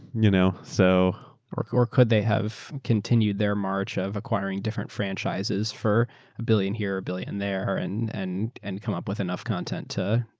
you know so or could or could they have continued their march of acquiring different franchises for a billion here, a billion there and and and come up with enough content, too,